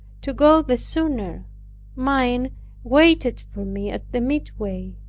to go the sooner mine waited for me at the midway.